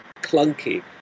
clunky